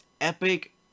epic